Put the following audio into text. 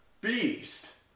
beast